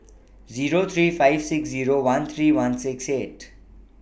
Zero three five six Zero one three one six eight